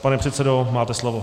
Pane předsedo, máte slovo.